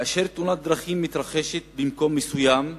כאשר תאונת דרכים מתרחשת במקום מסוים,